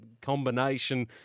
combination